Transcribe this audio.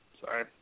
Sorry